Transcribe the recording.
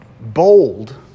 Bold